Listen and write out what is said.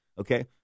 okay